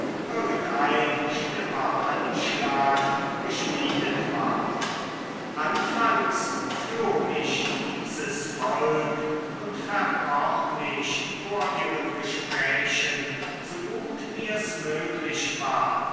irgendein schlimmer anschlag geschmiedet ward anfangs floh ich dieses volk und verkroch mich vor ihren gesprächen so gut mirs möglich war